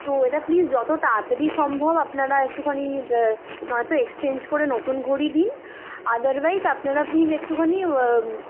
তো এটা প্লিস যত তাড়াতাড়ি সম্ভব আপনারা একটুখানি নয়তো এক্সচেঞ্জ করে নতুন ঘড়ি দিন আদারওয়াইস আপনারা প্লিস একটুখানি